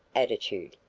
attitude.